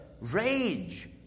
rage